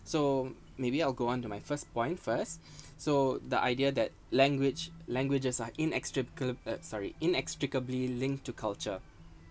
so maybe I will go on to my first point first so the idea that language languages are inextrica~ uh sorry inextricably linked to culture